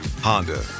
Honda